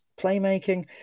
playmaking